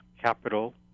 capital